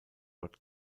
rod